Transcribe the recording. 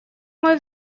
мой